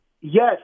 Yes